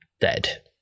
dead